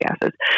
gases